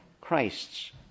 Christ's